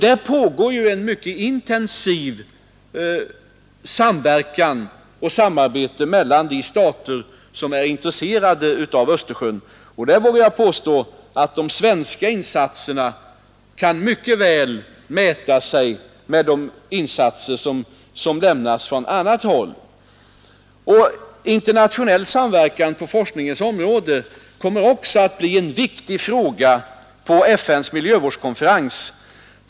Det pågår också ett mycket intensivt samarbete mellan de stater som är intresserade av Östersjön, och de svenska insatserna kan mycket väl mäta sig med de insatser som görs från annat håll. Internationell samverkan på forskningens område kommer också att bli en viktig fråga på FN:s miljövårdskonferens.